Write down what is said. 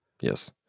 Yes